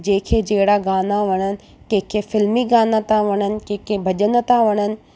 जंहिं खे जहिड़ा गाना वणनि कंहिं खे फिल्मी गाना था वणनि कंहिं खे भॼन था वणनि